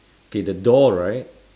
K the door right